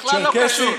בכלל לא קשור.